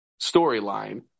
storyline